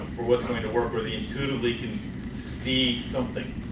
what's going to work where they intuitively can see something.